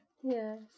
Yes